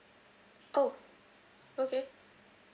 oh okay